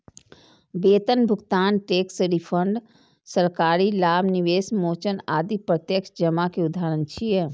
वेतन भुगतान, tax refund, सरकारी लाभ, निवेश मोचन आदि प्रत्यक्ष जमा के उदाहरण छियै